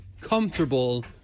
comfortable